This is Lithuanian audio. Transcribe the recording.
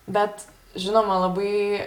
bet žinoma labai